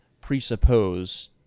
presuppose